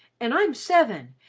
and i'm seven,